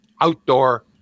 outdoor